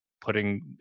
putting